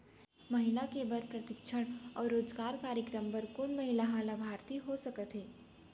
महिला के बर प्रशिक्षण अऊ रोजगार कार्यक्रम बर कोन महिला ह लाभार्थी हो सकथे?